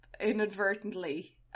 inadvertently